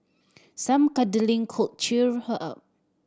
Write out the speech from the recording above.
some cuddling could cheer her up